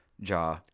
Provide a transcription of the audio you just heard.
Jaw